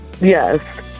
Yes